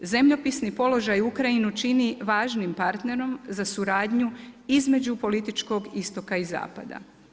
Zemljopisni položaj Ukrajine čini važnim partnerom za suradnju između političkog istoka i zapada.